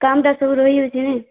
କାମଟା ସବୁ ରହିଯାଉଛି ନାଇଁ